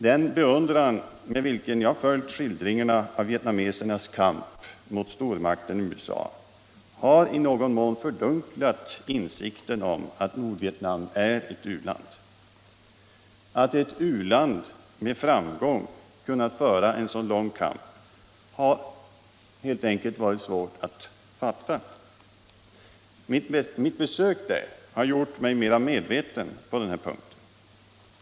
Den beundran med vilken jag följt skildringarna av vietnamesernas kamp mot stormakten USA har i någon mån fördunklat insikten om att Nordvietnam är ett u-land. Att ett u-land med framgång kunnat föra en så lång kamp har helt enkelt varit svårt att fatta. Mitt besök i Nordvietnam har gjort mig mera medveten på denna punkt.